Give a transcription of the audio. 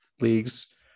Leagues